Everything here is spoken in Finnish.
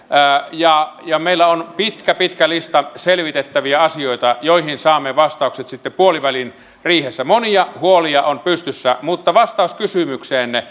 ja ja meillä on pitkä pitkä lista selvitettäviä asioita joihin saamme vastaukset sitten puoliväliriihessä monia huolia on pystyssä mutta vastaus kysymykseenne